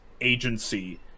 agency